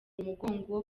umugongo